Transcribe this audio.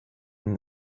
and